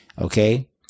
okay